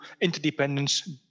interdependence